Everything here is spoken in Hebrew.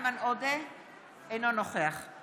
אינו נוכח חוה